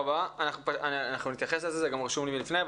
אנחנו נתייחס לזה, זה גם רשום לי מלפני.